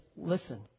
listen